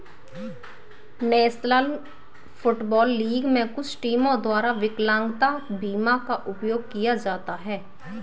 national football league में कुछ टीमों द्वारा विकलांगता बीमा का उपयोग किया जाता है